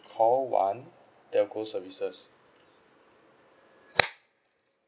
call one telco services